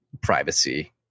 privacy